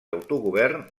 autogovern